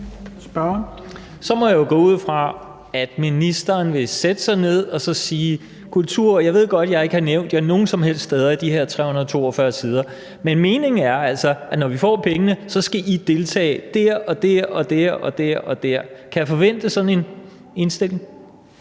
Så må jeg jo gå ud fra, at ministeren vil sætte sig ned og sige til kulturen: Jeg ved godt, at jeg ikke har nævnt jer nogen som helst steder i de her 342 sider, men meningen er altså, at I, når vi får pengene, skal deltage der og der. Kan jeg forvente sådan en indstilling?